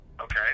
okay